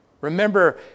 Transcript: Remember